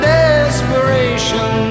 desperation